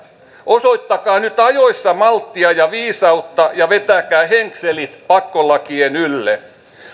osoittakaa nyt ajoissa malttia ja viisautta ja vetäkää henkselit pakkolakien ylle